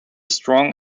strong